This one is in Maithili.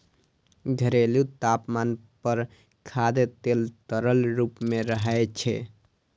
घरेलू तापमान पर खाद्य तेल तरल रूप मे रहै छै